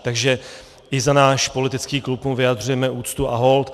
Takže i za náš politický klub mu vyjadřujeme úctu a hold.